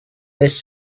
best